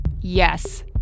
Yes